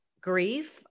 grief